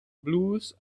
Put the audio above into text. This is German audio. blues